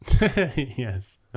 Yes